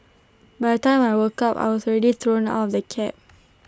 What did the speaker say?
by time I woke up I was already thrown out of the cab